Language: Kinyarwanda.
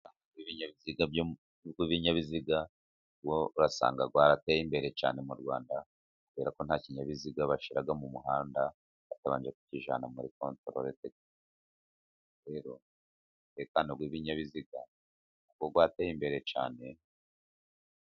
Umutekano w' ibinyabiziga urasanga warateye imbere cyane mu Rwanda, kubera ko nta kinyabiziga bashira mu muhanda batabanje kukijyana muri kontorole umutekano w' ibinyabiziga wateye imbere cyane.